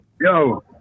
yo